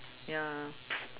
ya